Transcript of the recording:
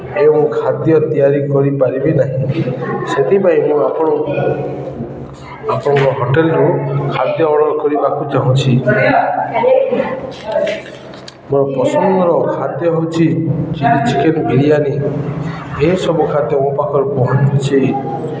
ଏବଂ ଖାଦ୍ୟ ତିଆରି କରିପାରିବେ ନାହିଁ ସେଥିପାଇଁ ମୁଁ ଆପଣ ଆପଣଙ୍କ ହୋଟେଲ୍ରୁ ଖାଦ୍ୟ ଅର୍ଡ଼ର କରିବାକୁ ଚାହୁଁଛି ମୋର ପସନ୍ଦର ଖାଦ୍ୟ ହେଉଛିି ଚିକେନ୍ ବିରିୟାନୀ ଏସବୁ ଖାଦ୍ୟ ମୋ ପାଖରେ ପହଞ୍ଚେଇ